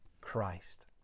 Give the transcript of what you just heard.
Christ